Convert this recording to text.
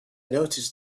noticed